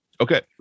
Okay